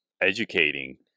educating